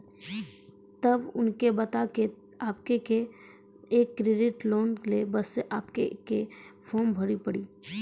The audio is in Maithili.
तब उनके बता के आपके के एक क्रेडिट लोन ले बसे आपके के फॉर्म भरी पड़ी?